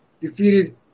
defeated